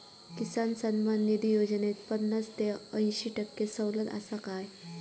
किसान सन्मान निधी योजनेत पन्नास ते अंयशी टक्के सवलत आसा काय?